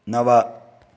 नव